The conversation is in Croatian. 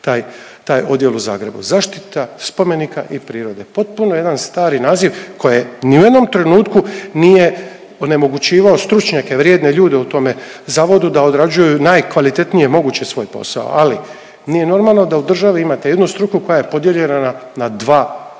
taj odjel u Zagrebu, zaštita spomenika i prirode. Potpuno jedan stari naziv koje ni u jednom trenutku onemogućivao stručnjake, vrijedne ljude u tome zavodu da odrađuju najkvalitetnije moguće svoje posao. Ali nije normalno da u državi imate jednu struku koja je podijeljena na dva segmenta